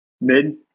Mid